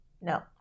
No